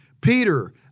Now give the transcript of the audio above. Peter